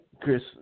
Chris